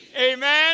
amen